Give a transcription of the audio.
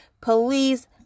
police